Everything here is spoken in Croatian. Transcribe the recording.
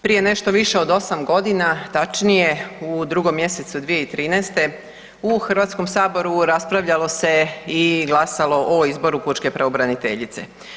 Prije nešto više od 8 godina, točnije u 2. mjesecu 2013. u Hrvatskom saboru raspravljalo se i glasalo o izboru Pučke pravobraniteljice.